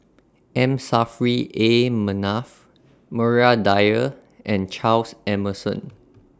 M Saffri A Manaf Maria Dyer and Charles Emmerson